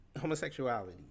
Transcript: homosexuality